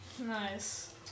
Nice